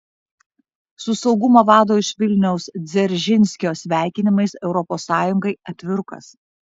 su saugumo vado iš vilniaus dzeržinskio sveikinimais europos sąjungai atvirukas